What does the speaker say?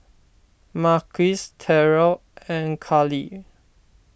Marquis Terell and Kahlil